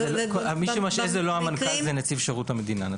מי שמשעה זה לא המנכ"ל אלא נציב שירות המדינה.